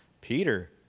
Peter